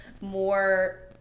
more